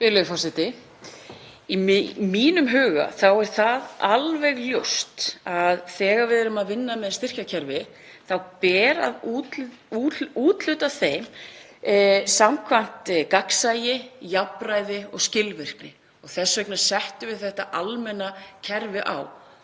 Í mínum huga er það alveg ljóst að þegar við erum að vinna með styrkjakerfi þá ber að úthluta styrkjum samkvæmt gagnsæi, jafnræði og skilvirkni. Þess vegna settum við þetta almenna kerfi á.